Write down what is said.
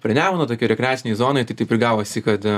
prie nemuno tokioj rekreacinėj zonoj tai taip ir gavosi kad